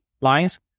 lines